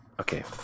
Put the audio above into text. okay